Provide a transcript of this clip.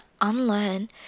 unlearn